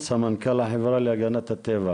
גם בארגונים וחברות אחרות בתחום הזה של שינוע חברתי.